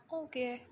okay